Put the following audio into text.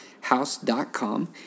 House.com